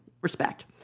Respect